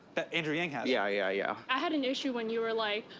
that andrew yang has? yeah, yeah, yeah. i had an issue when you were like,